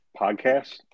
Podcast